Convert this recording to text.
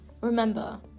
remember